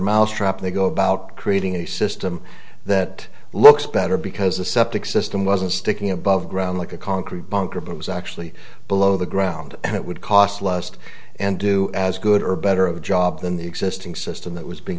mousetrap they go about creating a system that looks better because the septic system wasn't sticking above ground like a concrete bunker but was actually below the ground and it would cost lust and do as good or better of a job than the existing system that was being